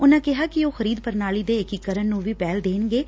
ਉਨੁਾਂ ਕਿਹਾ ਕਿ ਉਹ ਖਰੀਦ ਪ੍ਰਣਾਲੀ ਦੇ ਏਕੀਕਰਨ ਨੂੰ ਵੀ ਪਹਿਲ ਦੇਣਗੇ